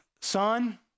son